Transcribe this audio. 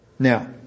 Now